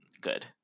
good